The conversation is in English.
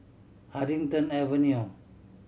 Huddington Avenue